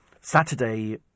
Saturday